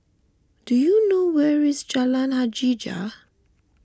do you know where is Jalan Hajijah